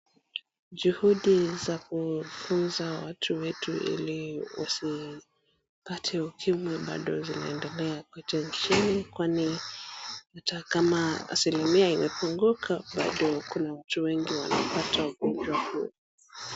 Juhudi za kutunza watu wetu ili wasipate UKIMWI bado zinaendelea kote nchini kwani ata kama asilimia inapunguka, bado kuna watu wengi wanapata ugonjwa huu.